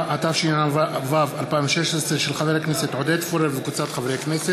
התשע"ו 2016, מאת חברי הכנסת עודד פורר, חמד עמאר,